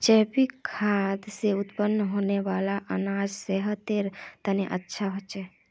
जैविक खाद से उत्पन्न होने वाला अनाज सेहतेर तने अच्छा होछे